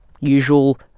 usual